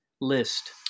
list